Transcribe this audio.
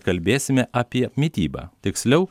kalbėsime apie mitybą tiksliau